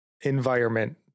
environment